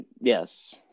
Yes